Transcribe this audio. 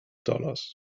dollars